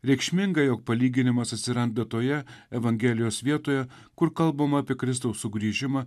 reikšminga jog palyginimas atsiranda toje evangelijos vietoje kur kalbama apie kristaus sugrįžimą